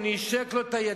הוא נישק לו את הידיים,